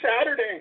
Saturday